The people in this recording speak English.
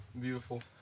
Beautiful